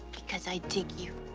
because i dig you.